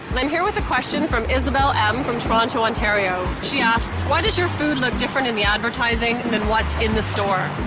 i'm here with a question from isabel m from toronto, ontario. she asks, why does your food look different in the advertising than what's in the store?